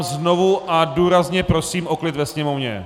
Znovu a důrazně prosím o klid ve sněmovně!